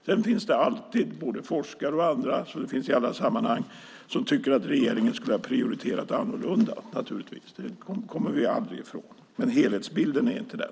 Det finns förstås alltid forskare och andra som tycker att regeringen skulle ha prioriterat annorlunda; det kommer vi aldrig ifrån. Helhetsbilden är dock inte den.